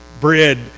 bread